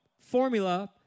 formula